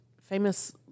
famous